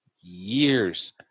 years